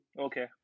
Okay